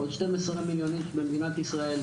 עוד 12 מיליון איש יש במדינת ישראל,